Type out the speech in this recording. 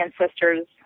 ancestors